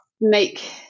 make